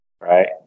right